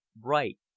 bright